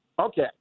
Okay